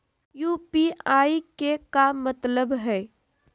UPI के का मतलब हई?